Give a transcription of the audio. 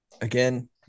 again